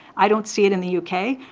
i don't see it in the u k.